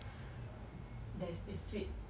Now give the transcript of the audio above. there's it's sweet